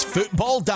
Football